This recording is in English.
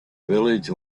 village